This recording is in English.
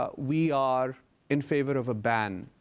ah we are in favor of a ban.